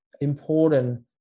important